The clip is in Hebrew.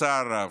בצער רב.